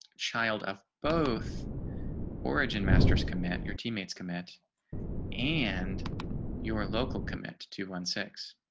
child of both origin masters command your teammates commit and your local commit to one six